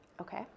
Okay